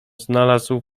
znalazł